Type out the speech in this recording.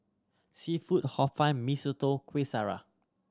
seafood Hor Fun Mee Soto Kueh Syara